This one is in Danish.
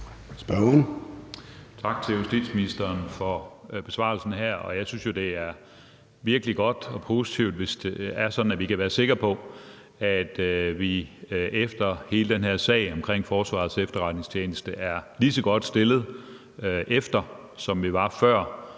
Tak til justitsministeren for besvarelsen her, og jeg synes jo, det er virkelig godt og positivt, hvis det er sådan, at vi kan være sikre på, at vi efter hele den her sag omkring Forsvarets Efterretningstjeneste er lige så godt stillet, som vi var før